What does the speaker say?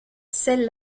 celle